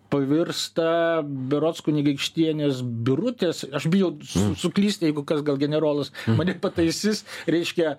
pavirsta berods kunigaikštienės birutės aš bijau s suklysti jeigu kas gal generolas mane pataisys reiškia